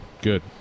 Good